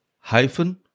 hyphen